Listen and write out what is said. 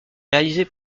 réalisée